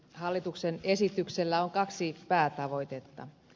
hallituksen esityksellä on kaksi päätavoitetta